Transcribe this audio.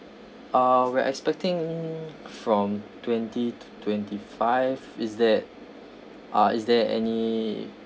uh we're expecting from twenty to twenty five is that uh is there any